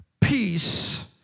peace